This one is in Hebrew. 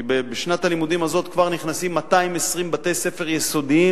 כי בשנת הלימודים הזאת כבר נכנסים 220 בתי-ספר יסודיים